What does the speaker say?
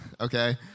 Okay